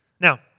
Now